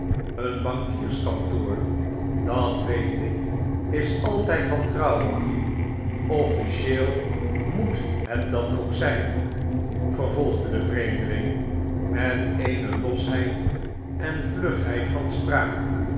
een bankierskantoor dat weet ik is altijd wantrouwig offlcieel moet het dat ook zijn vervolgde de vreemdeling met eenelosheid en vlugheid van spraak